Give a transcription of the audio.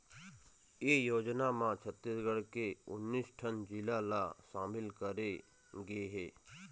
ए योजना म छत्तीसगढ़ के उन्नीस ठन जिला ल सामिल करे गे हे